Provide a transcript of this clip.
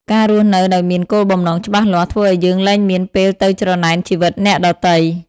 ការរស់នៅដោយមាន "គោលបំណង" ច្បាស់លាស់ ធ្វើឱ្យយើងលែងមានពេលទៅច្រណែនជីវិតអ្នកដទៃ។